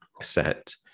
set